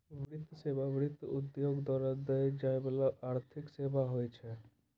वित्तीय सेवा, वित्त उद्योग द्वारा दै जाय बाला आर्थिक सेबा होय छै